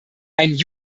ein